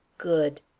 good!